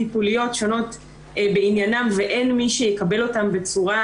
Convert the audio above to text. טיפוליות שונות בעניינם ואין מי שיקבל אותן בצורה